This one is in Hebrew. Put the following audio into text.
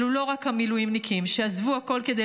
אלו לא רק המילואימניקים שעזבו הכול כדי